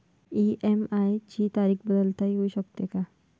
EMI ची तारीख बदलता येऊ शकते का?